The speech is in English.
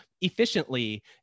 efficiently